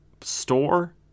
store